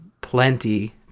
plenty